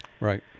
Right